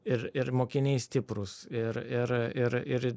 ir ir mokiniai stiprūs ir ir ir ir